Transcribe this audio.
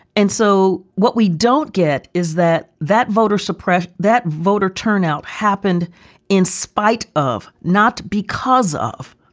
and so what we don't get is that that voter suppression, that voter turnout happened in spite of not because of